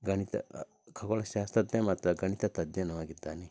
ಗಣಿತ ಖಗೋಳ ಶಾಸ್ತ್ರಜ್ಞ ಮತ್ತು ಗಣಿತ ತಜ್ಞನು ಆಗಿದ್ದಾನೆ